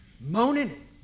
moaning